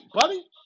buddy